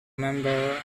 member